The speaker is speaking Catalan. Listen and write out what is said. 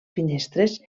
finestres